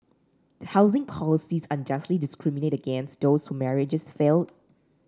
do housing policies unjustly discriminate against those whose marriages failed